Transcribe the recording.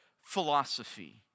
philosophy